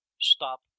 stop